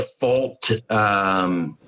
default